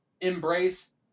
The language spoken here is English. embrace